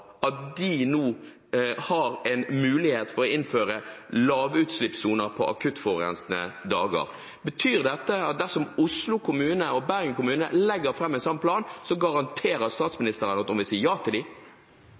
at de nå har en mulighet til å innføre lavutslippssoner på akuttforurensende dager. Betyr dette at dersom Oslo kommune og Bergen kommune legger fram en sånn plan, garanterer